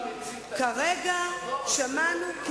שמנסים למכור לך ככה, את הדברים הקטנים.